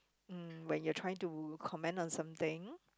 mm when you're trying to comment on something